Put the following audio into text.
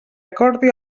acordi